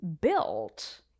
built